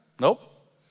Nope